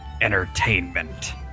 Entertainment